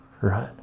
right